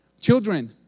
children